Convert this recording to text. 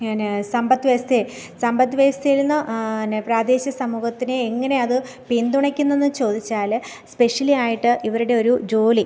പിന്നെ സമ്പദ്വ്യവസ്ഥയെ സമ്പദ്വ്യവസ്ഥയിൽ നിന്ന് പിന്നെ പ്രാദേശിക സമൂഹത്തിനെ എങ്ങനെ അത് പിന്തുണയ്ക്കുന്നു എന്ന് ചോദിച്ചാൽ സ്പെഷ്യലി ആയിട്ട് ഇവരുടെ ഒരു ജോലി